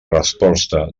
resposta